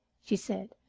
she said.